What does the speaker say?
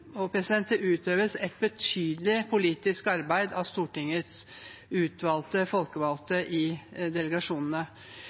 Det utøves et betydelig politisk arbeid av Stortingets utvalgte folkevalgte